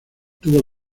tuvo